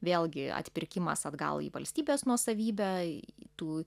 vėlgi atpirkimas atgal į valstybės nuosavybę tų